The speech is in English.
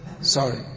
sorry